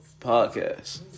podcast